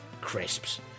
Crisps